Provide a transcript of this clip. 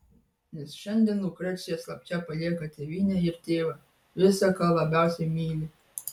nes šiandien lukrecija slapčia palieka tėvynę ir tėvą visa ką labiausiai myli